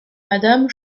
madame